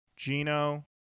Gino